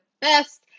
best